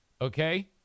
Okay